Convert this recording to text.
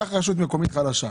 קח רשות מקומית חלשה,